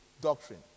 doctrine